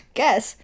Guess